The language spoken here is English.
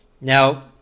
Now